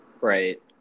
Right